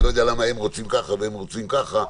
אני לא יודע למה הם רוצים כך והם רוצים כך.